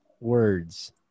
words